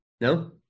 no